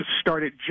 started